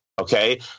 Okay